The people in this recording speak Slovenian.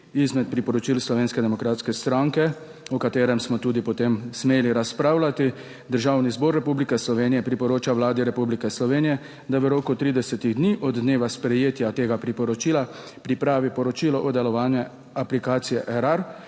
izmed priporočil Slovenske demokratske stranke, o katerem smo tudi potem smeli razpravljati: Državni zbor Republike Slovenije priporoča Vladi Republike Slovenije, da v roku 30 dni od dneva sprejetja tega priporočila pripravi poročilo o delovanju aplikacije Erar,